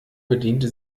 bediente